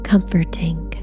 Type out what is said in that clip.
Comforting